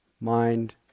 mind